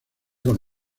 con